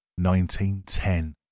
1910